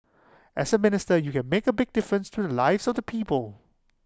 as A minister you can make A big difference to the lives of the people